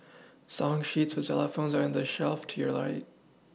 song sheets for xylophones are on the shelf to your right